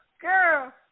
Girl